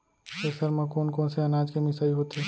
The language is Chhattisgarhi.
थ्रेसर म कोन कोन से अनाज के मिसाई होथे?